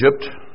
Egypt